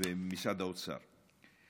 ומשרד האוצר.